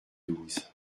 douze